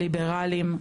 ליברלים,